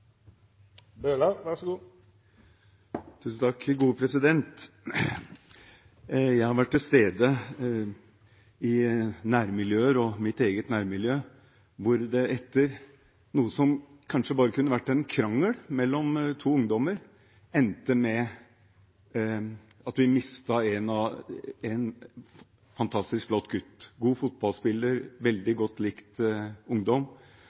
Jeg har vært til stede i nærmiljøer og i mitt eget nærmiljø, hvor det etter noe som kanskje bare kunne vært en krangel mellom to ungdommer, endte med at vi mistet en fantastisk flott gutt – en god fotballspiller og veldig godt likt ungdom.